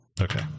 Okay